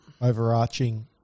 overarching